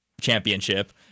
championship